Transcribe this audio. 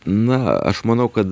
na aš manau kad